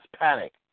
panic